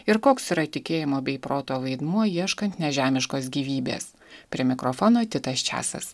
ir koks yra tikėjimo bei proto vaidmuo ieškant nežemiškos gyvybės prie mikrofono titas čiasas